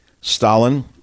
Stalin